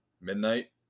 midnight